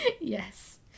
Yes